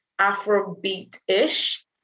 Afrobeat-ish